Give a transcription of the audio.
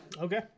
Okay